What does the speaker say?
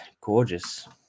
gorgeous